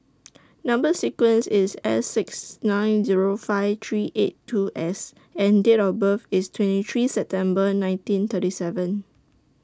Number sequence IS S six nine Zero five three eight two S and Date of birth IS twenty three September nineteen thirty seven